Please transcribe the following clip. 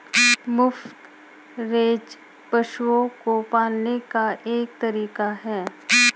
मुफ्त रेंज पशुओं को पालने का एक तरीका है